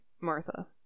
Martha